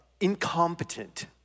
incompetent